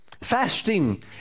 Fasting